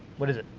what is it?